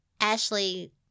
Ashley